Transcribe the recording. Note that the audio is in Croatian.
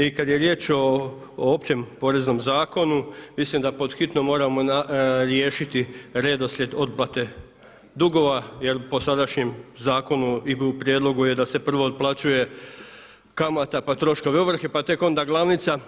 I kad je riječ o općem Poreznom zakonu mislim da pothitno moramo riješiti redoslijed otplate dugova jer po sadašnjem zakonu i prijedlogu je da se prvo otplaćuje kamata pa troškovi ovrhe pa tek onda glavnica.